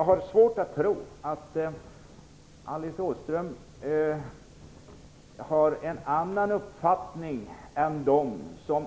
Jag har svårt att tro att Alice Åström